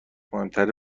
مهمتره